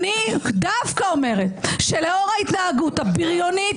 אני דווקא אומרת שלאור ההתנהגות הבריונית,